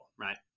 Right